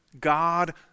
God